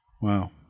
wow